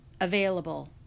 available